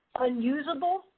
unusable